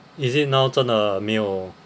is it now 真的没有